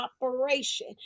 operation